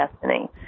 destiny